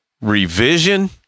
Revision